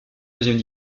deuxième